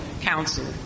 Council